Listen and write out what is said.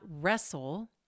wrestle